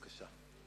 בבקשה.